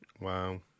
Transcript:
Wow